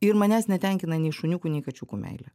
ir manęs netenkina nei šuniukų nei kačiukų meilė